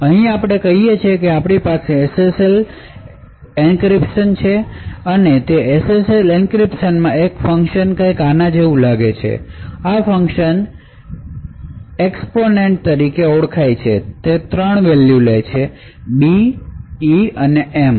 હવે આપણે કહીએ કે આપણી પાસે SSL એન્ક્રિપ્શન છે અને તે SSL એન્ક્રિપ્શનમાં એક ફંકશન આના જેવું લાગે છે આ ફંક્શન એક્સ્પોનંટ તરીકે ઓળખાય છે તે 3 વેલ્યુ લે છે બી ઇ અને એમ